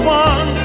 one